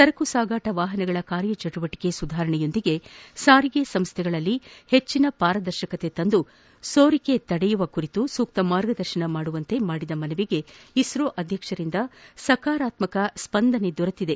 ಸರಕು ಸಾಗಾಣಿಕೆ ವಾಹನಗಳ ಕಾರ್ಯಚಟುವಟಿಕೆ ಸುಧಾರಣೆ ಜೊತೆಗೆ ಸಾರಿಗೆ ಸಂಸ್ಥೆಗಳಲ್ಲಿ ಹೆಚ್ಚಿನ ಪಾರದರ್ಶಕತೆ ತಂದು ಸೋರಿಕೆ ತಡೆಗಟ್ಟುವ ಕುರಿತು ಸೂಕ್ತ ಮಾರ್ಗದರ್ಶನ ಮಾಡುವಂತೆ ಮಾಡಿದ ಮನವಿಗೆ ಇಸ್ತೋ ಅಧ್ಯಕ್ಷರಿಂದ ಸಕಾರಾತ್ಮಕ ಸ್ಪಂದನೆ ದೊರೆತಿದೆ